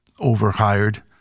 overhired